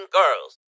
girls